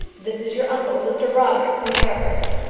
this is your uncle, mr brodrick, from hereford.